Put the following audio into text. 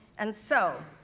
and so,